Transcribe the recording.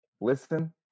listen